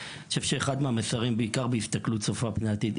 בעיקר בהסתכלות צופה פני עתיד.